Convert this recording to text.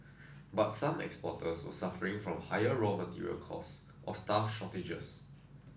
but some exporters were suffering from higher raw material costs or staff shortages